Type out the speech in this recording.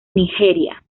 nigeria